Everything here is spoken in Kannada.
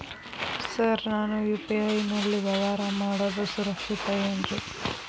ಸರ್ ನಾನು ಯು.ಪಿ.ಐ ನಲ್ಲಿ ವ್ಯವಹಾರ ಮಾಡೋದು ಸುರಕ್ಷಿತ ಏನ್ರಿ?